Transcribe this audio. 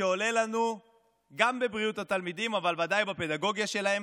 שעולה לנו גם בבריאות התלמידים אבל ודאי בפדגוגיה שלהם.